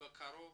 בקרוב